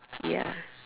ya